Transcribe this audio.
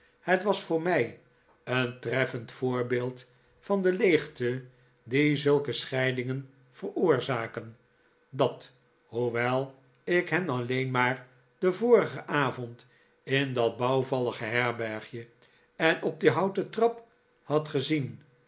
het was voor mij een treffend voorbeeld van de leegte die zulke scheidingen veroorzaken dat hoewel ik hen alleen maar den vorigen avond in dat bouwvallige herbergje en op die houten trap had gezien